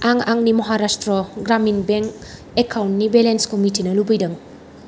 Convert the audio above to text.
आं आंनि महाराष्ट्र ग्रामिन बेंक एकाउन्टनि बेलेन्सखौ मिथिनो लुबैदों